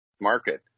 market